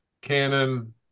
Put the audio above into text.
Canon